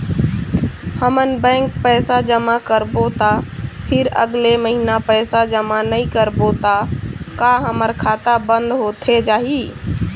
हमन बैंक पैसा जमा करबो ता फिर अगले महीना पैसा जमा नई करबो ता का हमर खाता बंद होथे जाही?